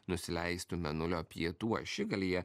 nusileistų mėnulio pietų ašigalyje